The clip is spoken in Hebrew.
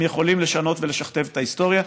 יכולים לשנות ולשכתב את ההיסטוריה.